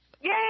Yay